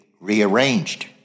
rearranged